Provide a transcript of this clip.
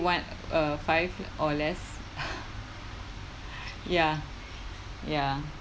what uh five or less ya ya